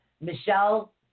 Michelle